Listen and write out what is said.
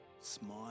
smile